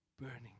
burning